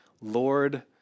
Lord